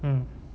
mm